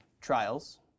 trials